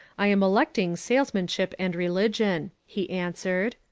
i am electing salesmanship and religion, he answered.